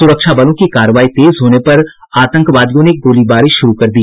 सुरक्षा बलों की कार्रवाई तेज होने पर आतंकवादियों ने गोलीबारी शुरू कर दी